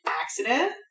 accident